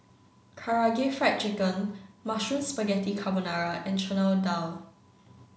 karaage fried chicken mushroom spaghetti carbonara and chana dal